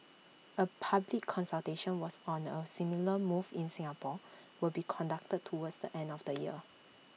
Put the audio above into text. A public consultation was on A similar move in Singapore will be conducted towards the end of the year